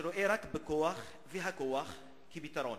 שרואה רק בכוח, והכוח כפתרון,